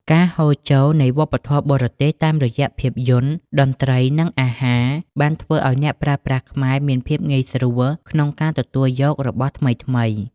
ការហូរចូលនៃវប្បធម៌បរទេសតាមរយៈភាពយន្ត តន្ត្រី និងអាហារ បានធ្វើឱ្យអ្នកប្រើប្រាស់ខ្មែរមានភាពងាយស្រួលក្នុងការទទួលយករបស់ថ្មីៗ។